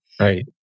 Right